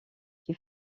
qui